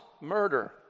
murder